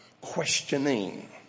questioning